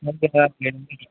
okay sir